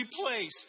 place